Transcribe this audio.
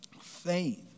faith